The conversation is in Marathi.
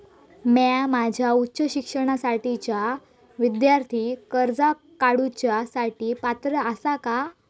म्या माझ्या उच्च शिक्षणासाठीच्या विद्यार्थी कर्जा काडुच्या साठी पात्र आसा का?